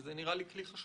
זה נראה לי כלי חשוב.